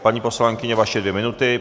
Paní poslankyně, vaše dvě minuty.